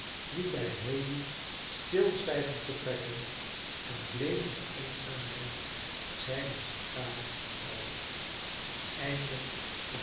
liet hij haley stilzwijgend vertrekken en bleef in eenzaamheid zijne sigaar rooken